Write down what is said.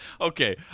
Okay